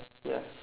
ya